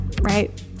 right